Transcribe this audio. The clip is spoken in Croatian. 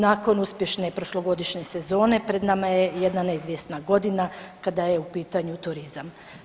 Nakon uspješne prošlogodišnje sezone, pred nama je jedna neizvjesna godina kada je u pitanju turizam.